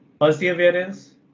Perseverance